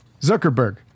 Zuckerberg